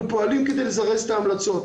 אנחנו פועלים כדי לזרז את ההמלצות,